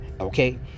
Okay